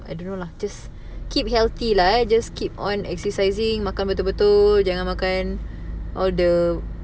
I don't know lah just keep healthy lah ah just keep on exercising makan betul-betul jangan makan all the